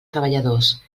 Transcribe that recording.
treballadors